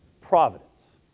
providence